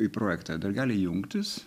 į projektą dar gali jungtis